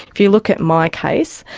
if you look at my case,